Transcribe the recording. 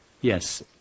yes